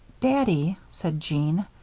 daddy, said jeanne,